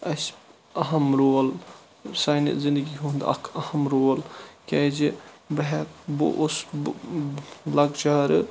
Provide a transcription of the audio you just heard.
اَسہِ اَہم رول سانہِ زِنٛدگی ہُنٛد اکھ اَہم رول کیٛازِ بہٕ ہیٚکہٕ بہٕ اوسُس بہٕ لۄکچارٕ